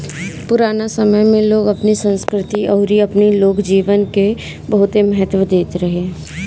पुराना समय में लोग अपनी संस्कृति अउरी अपनी लोक जीवन के बहुते महत्व देत रहे